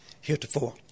heretofore